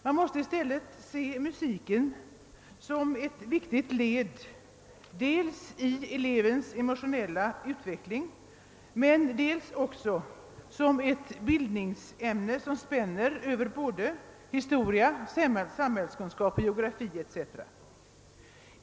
Man måste i stället se musiken såsom ett viktigt led, dels i elevens emotionella utveckling, dels också såsom bildningsämne som spänner över historia, samhällskunskap och geografi etc.